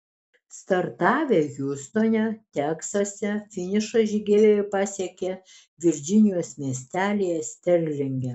startavę hjustone teksase finišą žygeiviai pasiekė virdžinijos miestelyje sterlinge